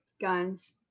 guns